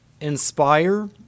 inspire